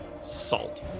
Salt